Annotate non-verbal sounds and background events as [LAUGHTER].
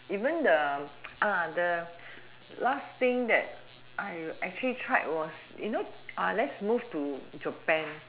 even the [NOISE] the last thing that I actually tried was you know let's move to japan